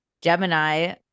Gemini